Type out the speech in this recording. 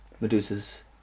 Medusa's